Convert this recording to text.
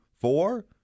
four